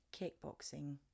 kickboxing